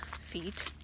feet